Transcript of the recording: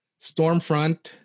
Stormfront